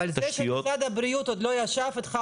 אבל זה שמשרד הבריאות עוד לא ישב איתך